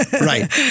Right